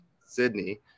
sydney